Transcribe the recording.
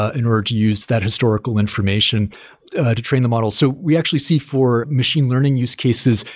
ah in order to use that historical information to train the model. so we actually see for machine learning use cases,